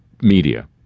media